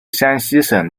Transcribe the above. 山西省